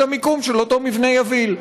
את המיקום של אותו מבנה יביל.